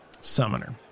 Summoner